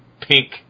pink